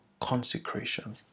consecration